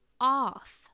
off